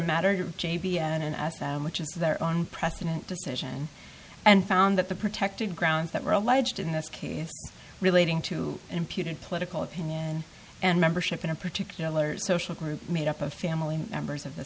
matter j b and as much as their own precedent decision and found that the protected grounds that were alleged in this case relating to imputed political opinion and membership in a particular social group made up of family members of th